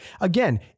Again